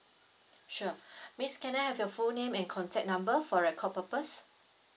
sure miss can I have your full name and contact number for record purpose